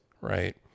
right